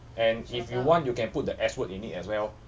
and if you want you can put the S word in it as well